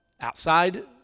outside